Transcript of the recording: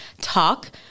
talk